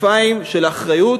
כתפיים של אחריות,